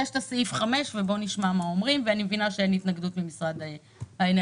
יש סעיף 5 ונשמע מה אומרים ואני מבינה שאין התנגדות ממשרד האנרגיה,